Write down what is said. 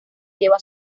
lleva